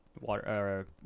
water